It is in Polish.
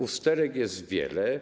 Usterek jest wiele.